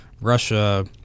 Russia